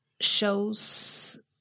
shows